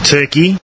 Turkey